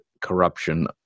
corruption